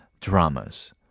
dramas